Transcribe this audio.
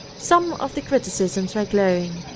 some of the criticisms were glowing,